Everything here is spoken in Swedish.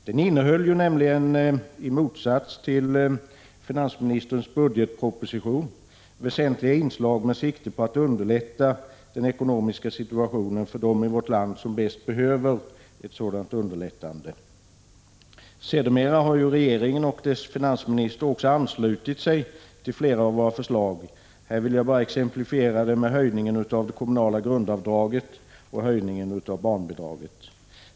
Den innehöll nämligen — i motsatts till finansministerns budgetproposition — inslag med sikte på att väsentligt underlätta den ekonomiska situationen för dem i vårt land som bäst behöver en sådan lättnad. Sedermera har ju regeringen och dess finansminister också anslutit sig till flera av våra förslag. Här vill jag bara exemplifiera det med höjningen av det kommunala grundavdraget och höjningen av barnbidraget.